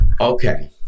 Okay